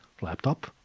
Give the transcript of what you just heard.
laptop